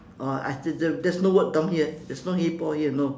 oh I there there there's no word down here there's no hey paul here no